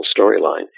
storyline